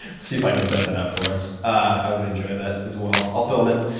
see if i can set that up for us. i would enjoy that as well. i'll film it.